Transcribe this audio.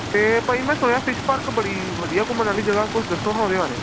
ਅਤੇ ਭਾਅ ਜੀ ਮੈਂ ਸੁਣਿਆ ਫਿਸ਼ ਪਾਰਕ ਬੜੀ ਵਧੀਆ ਘੁੰਮਣ ਵਾਲੀ ਜਗ੍ਹਾ ਕੁਛ ਦੱਸੋ ਉਹਦੇ ਬਾਰੇ